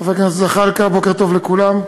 חבר הכנסת זחאלקה, בוקר טוב לכולם.